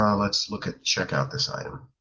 um let's look at check out this item.